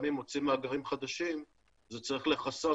גם אם מוצאים מאגרים חדשים זה צריך לכסות